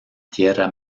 tierra